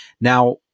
Now